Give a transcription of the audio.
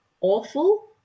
awful